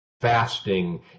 fasting